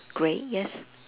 grey yes